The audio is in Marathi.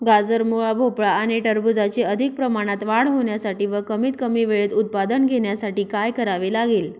गाजर, मुळा, भोपळा आणि टरबूजाची अधिक प्रमाणात वाढ होण्यासाठी व कमीत कमी वेळेत उत्पादन घेण्यासाठी काय करावे लागेल?